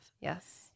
Yes